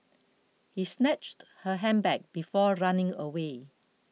he snatched her handbag before running away